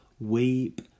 Weep